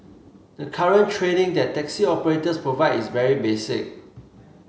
the current training that taxi operators provide is very basic